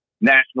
national